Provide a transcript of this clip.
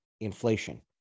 inflation